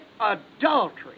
adultery